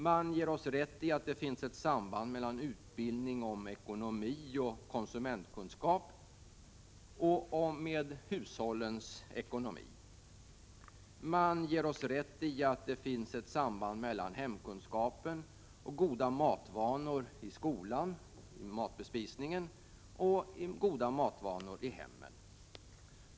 Man ger oss rätt i att det finns ett samband mellan utbildning i ekonomi och konsumentkunskap och hushållens ekonomi. Man ger oss rätt i att det finns ett samband mellan å ena sidan hemkunskapen och goda matvanor i skolan, dvs. i skolbespisningen, och å andra sidan goda matvanor i hemmen.